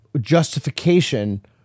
justification